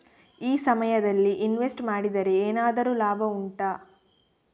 ಈ ಸಮಯದಲ್ಲಿ ಇನ್ವೆಸ್ಟ್ ಮಾಡಿದರೆ ಏನಾದರೂ ಲಾಭ ಉಂಟಾ